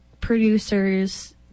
producers